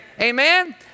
Amen